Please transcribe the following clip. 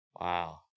Wow